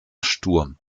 sturm